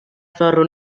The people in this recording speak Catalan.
ferro